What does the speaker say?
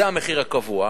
זה המחיר הקבוע,